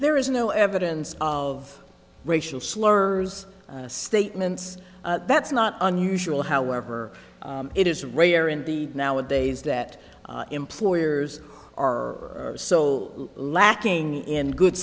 there is no evidence of racial slurs statements that's not unusual however it is rare indeed nowadays that employers are so lacking in good